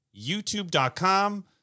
youtube.com